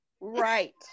Right